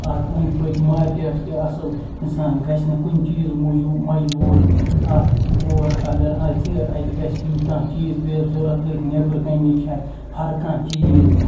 اتھ أندۍ پٔکۍ ماکٮ۪ٹ تہِ اَصل اِنسان گَژھِ نہٕ کُنہِ چیٖز موٗجوٗب مَجبوٗر اَتھ اور اَگر اَژِ اَتہِ گَژھِ کانٛہہ چیٖز پیٚیَس ضوٚرَتھ أتھۍ نیٚبرٕ کَنی چھِ اَتھ ہَر کانٛہہ چیٖز